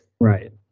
Right